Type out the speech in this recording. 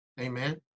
amen